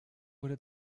wurde